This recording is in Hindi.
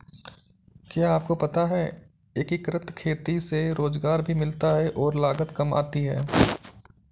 क्या आपको पता है एकीकृत खेती से रोजगार भी मिलता है और लागत काम आती है?